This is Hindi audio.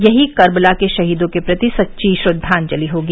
यही कर्बला के शहीदों के प्रति सच्ची श्रद्वांजलि होगी